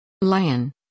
Lion